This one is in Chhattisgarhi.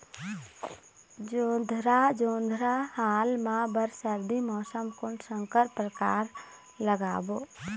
जोंधरा जोन्धरा हाल मा बर सर्दी मौसम कोन संकर परकार लगाबो?